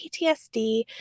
PTSD